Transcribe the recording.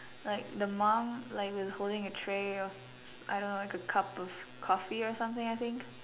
like the mum like was holding a tray of I don't know like a cup of coffee or something I think